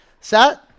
Set